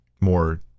more